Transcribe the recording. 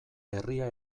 herria